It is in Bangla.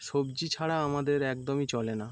সবজি ছাড়া আমাদের একদমই চলে না